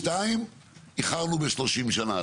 שתיים, איחרנו ב-30 שנה.